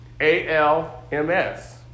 A-L-M-S